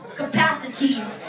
capacities